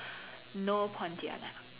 no pontianak